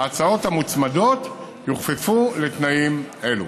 ההצעות המוצמדות יוכפפו לתנאים אלו.